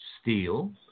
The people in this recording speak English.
steel